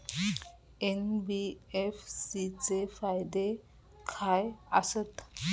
NBFC चे फायदे खाय आसत?